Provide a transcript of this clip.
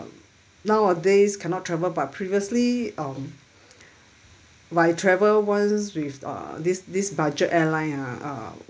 nowadays cannot travel but previously um I travel once with uh this this budget airline ah uh